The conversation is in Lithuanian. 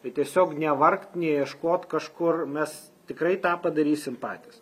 tai tiesiog nevargt neieškot kažkur mes tikrai tą padarysim patys